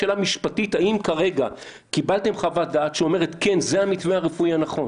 האם קיבלתם חוות דעת שאומרת: זה המתווה הרפואי הנכון?